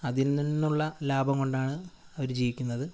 അതിൽ നിന്നുള്ള ലാഭം കൊണ്ടാണ് അവർ ജീവിക്കുന്നത്